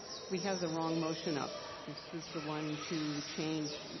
we have the wrong motion up. this is the one to change